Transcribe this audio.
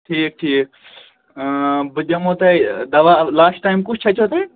ٹھیٖک ٹھیٖک اۭں بہٕ دِمو تۄہہِ دَوا لاسٹ ٹایم کُس چھچیو تۄہہِ